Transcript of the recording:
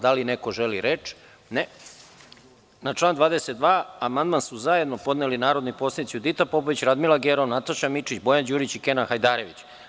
Da li neko želi reč? (Ne.) Na član 22. amandman su zajedno podneli narodni poslanici Judita Popović, Radmila Gerov, Nataša Mićić, Bojan Đurić i Kenan Hajdarević.